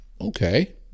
Okay